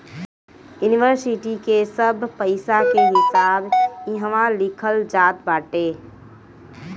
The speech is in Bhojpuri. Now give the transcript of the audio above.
इन्वरसिटी के सब पईसा के हिसाब इहवा लिखल जात बाटे